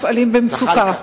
הזאת,